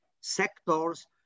sectors